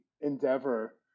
endeavor